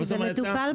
בסוף מה יצא?